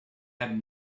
had